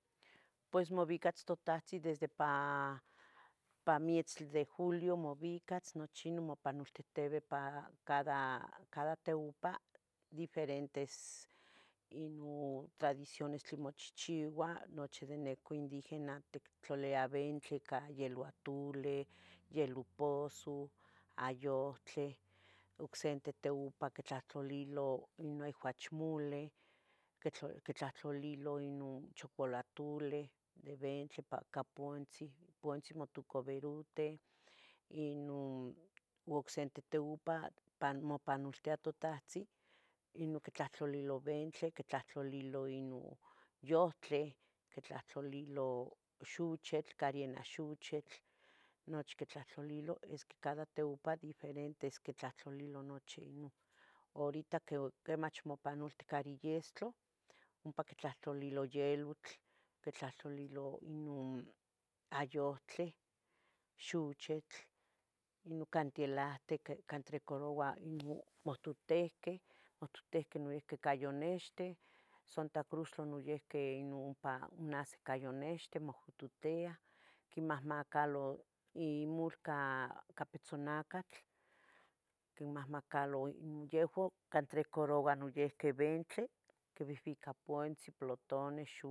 Pues mobicas totahtzin desde pa pamietztli de julio mobicatz nochi mopanoltihtibe pa ca cada cada teopa diferentes ino tradicionestli mochihchiua, nochi de necah indígena tictlalia bentli ca hieloatule, hielopuso, ayohtle ocsente teopa ictlahtolilo noi uachmule quitlahtolilo ino chocolatule de bentli pa capuntzi punchi notuca berutehi ino ocsente teopa pano mopanoltia totahtzin ino quitlahtolilo bentli quitlahtolilo ino yohtli quitlatolilo xochitl cadena xochitl nochi quitlahtolilo esque cada teopan diferentes quitlatolilo nochi non, horita queu mach mopanolti cadi yestlo ompa quitlahtolilo ielot quitlahtolilo inom ayutle xuchetl intocantielahtic quintregaroua nonque muhtutehqueh mihtotique noiqui cayo nexteh Santa Cruz tla noiuqui ino ompa nahsis ca yunexti niuqui mohtotiah, quimahmacalo imulcau ica pitzonacatl quimahmacalo yehua ica quentregaroua noiuqui bintli, quibihbica puntzin plutones